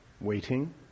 waiting